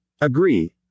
agree